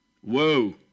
Whoa